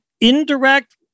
indirect